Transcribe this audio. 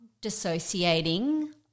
dissociating